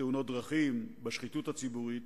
בתאונות דרכים, בשחיתות הציבורית,